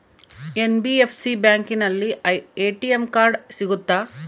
NBFC ಬ್ಯಾಂಕಿನಲ್ಲಿ ATM card ಸಿಗುತ್ತಾ?